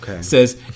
says